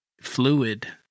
fluid